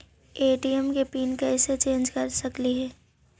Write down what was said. ATM के PIN कैसे change कर सकली ही?